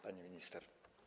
Pani Minister!